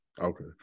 Okay